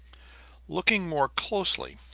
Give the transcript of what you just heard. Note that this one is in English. looking more closely,